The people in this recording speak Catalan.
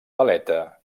paleta